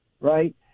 right